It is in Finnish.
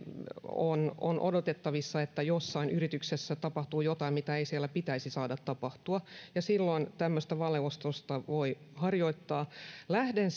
on on odotettavissa että jossain yrityksessä tapahtuu jotain mitä siellä ei pitäisi saada tapahtua ja silloin tämmöistä valeostosta voi harjoittaa lähden